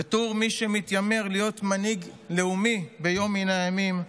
בתור מי שמתיימר להיות מנהיג לאומי ביום מן הימים,